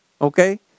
okay